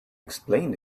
explain